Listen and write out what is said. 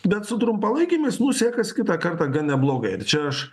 bet su trumpalaikėmis mums sekasi kitą kartą gan blogai ir čia aš